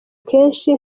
kenshi